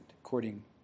according